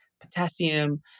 potassium